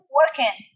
working